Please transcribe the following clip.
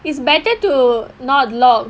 is better to not lock